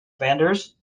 vendors